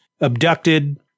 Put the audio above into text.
abducted